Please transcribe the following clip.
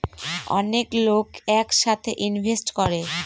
অনেক লোক এক সাথে ইনভেস্ট করে